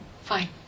fine